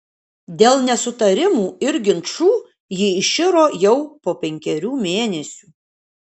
dėl nesutarimų ir ginčų ji iširo jau po penkerių mėnesių